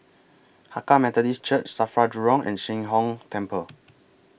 Hakka Methodist Church SAFRA Jurong and Sheng Hong Temple